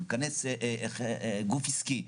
אם ייכנס גוף עסקי,